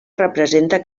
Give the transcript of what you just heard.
representa